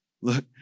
Look